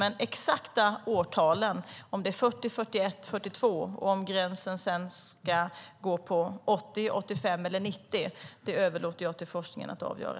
Men de exakta årtalen, om det är 40, 41 eller 42 år och om den övre gränsen sedan ska gå vid 80, 85 eller 90 år, överlåter jag till forskningen att avgöra.